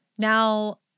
Now